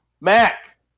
Mac